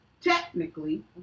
Technically